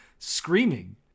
Screaming